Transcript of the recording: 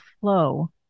flow